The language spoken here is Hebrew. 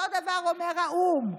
אותו הדבר אומר האו"ם,